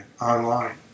online